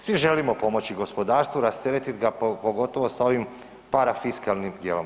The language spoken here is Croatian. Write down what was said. Svi želimo pomoći gospodarstvu, rasteretiti ga pogotovo sa ovim parafiskalnim dijelom.